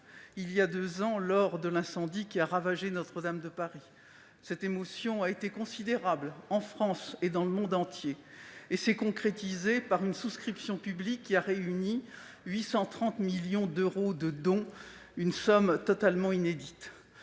voilà deux ans, lors de l'incendie qui a ravagé Notre-Dame de Paris. Cette émotion a été considérable, en France et dans le monde entier. Elle s'est concrétisée par une souscription publique qui a réuni 830 millions d'euros de dons, une somme totalement inédite.